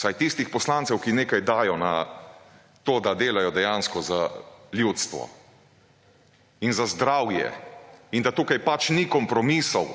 vsaj tistih poslancev, ki nekaj dajo na to, da delajo dejansko za ljudstvo in za zdravje in da tukaj pač ni kompromisov.